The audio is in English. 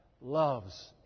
loves